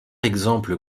exemple